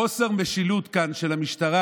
חוסר המשילות כאן הוא של המשטרה,